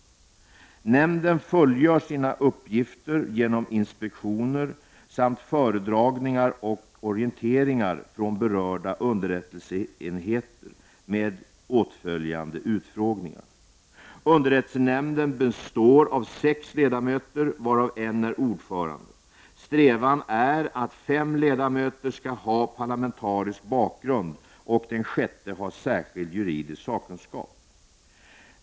Nämnden fullgör sina uppgifter genom inspektioner samt föredragningar och orienteringar från berörda underrättelseenheter med åtföljande utfrågningar. Underrättelsenämnden består av sex ledamöter varav en är ordförande. Strävan är att fem ledamöter skall ha parlamentarisk bakgrund och den sjätte skall ha särskild juridisk sakkunskap.